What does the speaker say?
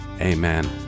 Amen